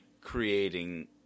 creating